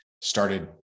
started